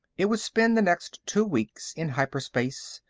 it would spend the next two weeks in hyperspace,